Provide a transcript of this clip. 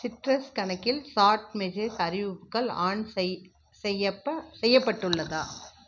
citrus கணக்கில் chat message அறிவிப்புகள் on செய் செய்யப்ப செய்யப்பட்டுள்ளதா